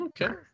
Okay